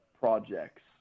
projects